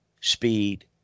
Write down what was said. speed